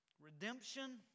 Redemption